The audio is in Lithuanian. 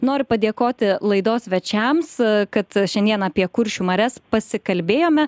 noriu padėkoti laidos svečiams kad šiandien apie kuršių marias pasikalbėjome